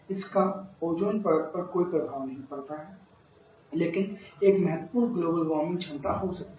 इसका ओजोन परत पर कोई प्रभाव नहीं पड़ता है लेकिन एक महत्वपूर्ण ग्लोबल वार्मिंग क्षमता हो सकती है